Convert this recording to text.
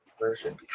version